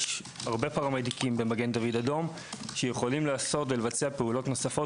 יש הרבה פרמדיקים במגן דוד אדום שיכולים לעשות ולבצע פעולות נוספות